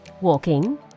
walking